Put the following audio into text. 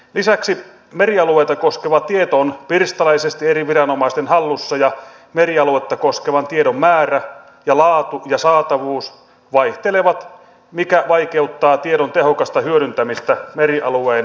lisäksi merialueita koskeva tieto on pirstaleisesti eri viranomaisten hallussa ja merialuetta koskevan tiedon määrä ja laatu ja saatavuus vaihtelevat mikä vaikeuttaa tiedon tehokasta hyödyntämistä merialueen suunnittelussa